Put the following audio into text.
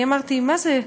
אני אמרתי: מה זה?